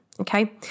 Okay